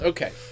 Okay